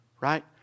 Right